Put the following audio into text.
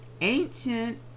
Ancient